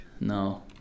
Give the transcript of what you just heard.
No